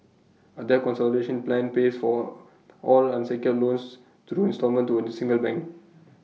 A debt plan pays for all unsecured loans through instalment to A single bank